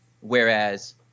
whereas